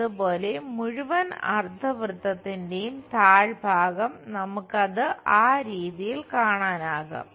അതുപോലെ മുഴുവൻ അർദ്ധവൃത്തത്തിന്റെയും താഴ്ഭാഗം നമുക്ക് അത് ആ രീതിയിൽ കാണാനാകും